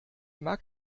mag